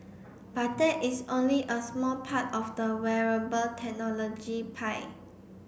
but that is only a smart part of the wearable technology pie